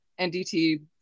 NDT